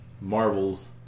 Marvel's